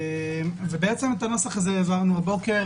בעצם את הנוסח הזה העברנו הבוקר.